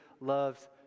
loves